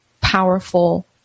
powerful